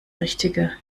richtige